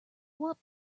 what